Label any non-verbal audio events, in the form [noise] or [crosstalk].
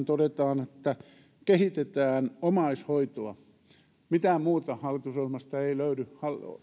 [unintelligible] todetaan että kehitetään omaishoitoa mitään muuta hallitusohjelmasta ei löydy